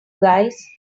guys